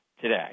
today